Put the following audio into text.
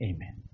Amen